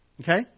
Okay